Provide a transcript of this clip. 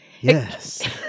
Yes